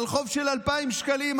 על חוב של 2,000 שקלים.